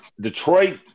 Detroit